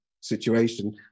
situation